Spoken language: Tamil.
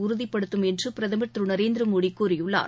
உறுதிபடுத்தும் என்று பிரதமர் திரு நரேந்திர மோடி கூறியுள்ளார்